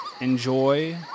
enjoy